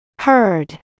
heard